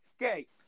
escape